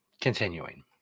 Continuing